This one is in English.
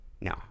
No